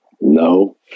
No